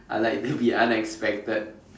I like to be unexpected